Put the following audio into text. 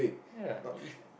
ya if